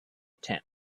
tent